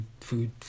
food